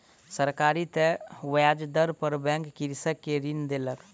सरकारी तय ब्याज दर पर बैंक कृषक के ऋण देलक